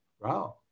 Wow